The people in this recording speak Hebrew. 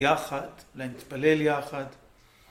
יחד, להתפלל יחד.